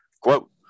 Quote